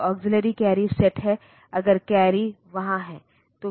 तो यह इस X1 और x2 से जुड़ा होगा